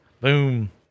Boom